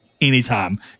anytime